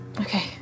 Okay